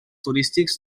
turístics